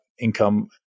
income